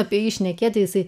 apie jį šnekėti jisai